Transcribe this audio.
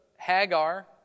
Hagar